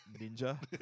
ninja